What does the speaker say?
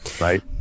right